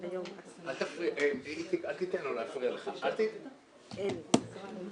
נפוצה מאוד,